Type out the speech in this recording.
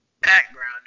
Background